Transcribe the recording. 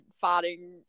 fighting